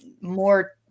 more